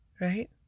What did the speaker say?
Right